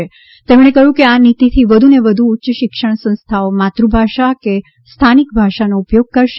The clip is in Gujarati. શિક્ષણમંત્રીએ કહ્યું કે આ નીતિથી વધુને વધુ ઉચ્ય શિક્ષણ સંસ્થાઓ માતૃભાષા કે સ્થાનિક ભાષાનો ઉપયોગ કરશે